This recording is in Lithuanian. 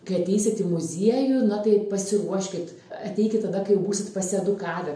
kai ateisit į muziejų na tai pasiruoškit ateikit tada kai būsit pasiedukavę